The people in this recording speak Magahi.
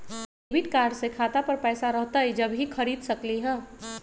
डेबिट कार्ड से खाता पर पैसा रहतई जब ही खरीद सकली ह?